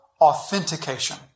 authentication